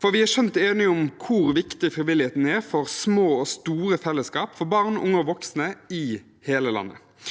Vi er skjønt enige om hvor viktig frivilligheten er for små og store fellesskap, for barn, unge og voksne i hele landet.